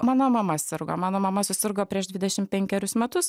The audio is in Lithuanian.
mano mama sirgo mano mama susirgo prieš dvidešim penkerius metus